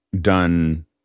done